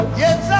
yes